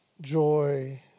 joy